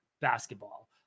basketball